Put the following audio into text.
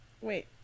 Wait